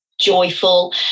joyful